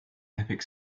epic